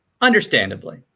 understandably